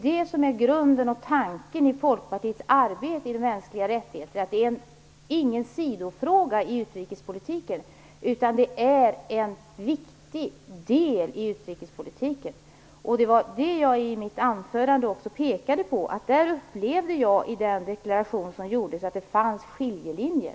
Det är grunden och tanken i Folkpartiets arbete för mänskliga rättigheter att det är ingen sidofråga utan en viktig del i utrikespolitiken. Det var det jag pekade på, att jag upplevde den deklaration som gjordes så att det fanns skiljelinjer.